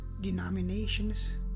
denominations